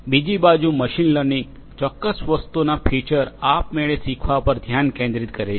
બીજી બાજુ machine learning ચોક્કસ વસ્તુઓના ફીચર આપમેળે શીખવા પર ધ્યાન કેન્દ્રિત કરે છે